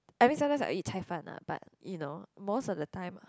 I mean some times I eat 菜饭:Cai-Fan lah but you know most of the time